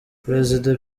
prezida